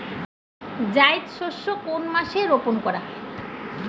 জায়িদ শস্য কোন মাসে রোপণ করা হয়?